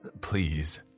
Please